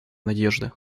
надежды